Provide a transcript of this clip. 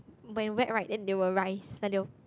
when wet right then they will rise then they will